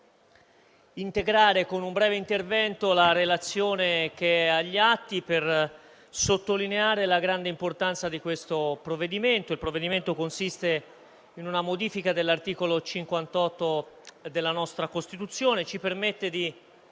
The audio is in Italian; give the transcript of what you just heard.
integrare con un breve intervento la relazione che è agli atti per sottolineare la grande importanza del provvedimento al nostro esame. Il provvedimento consiste in una modifica dell'articolo 58 della nostra Costituzione che ci permette di